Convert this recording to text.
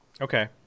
Okay